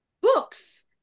books